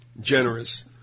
generous